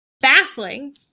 baffling